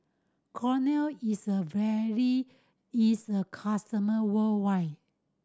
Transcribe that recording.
Kordel is widely its customer worldwide